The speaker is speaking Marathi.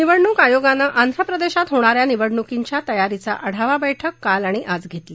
निवडणुक आयोगानं आंध्र प्रदेशात होणा या निवडणुकींच्या तयारीचा आढावा बैठक काल आणि आज घेतली